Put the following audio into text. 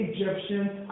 Egyptians